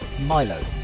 Milo